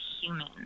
human